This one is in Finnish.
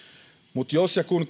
mutta jos ja kun